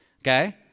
Okay